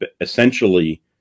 essentially